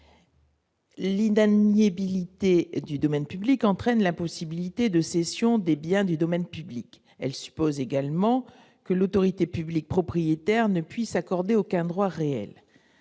Linda nier Bill T. du domaine public entraîne la possibilité de cession des biens du domaine public, elle suppose également que l'autorité publique propriétaire ne puisse accorder aucun droit réel